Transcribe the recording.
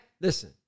Listen